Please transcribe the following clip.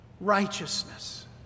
righteousness